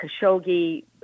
Khashoggi